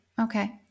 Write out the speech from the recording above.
Okay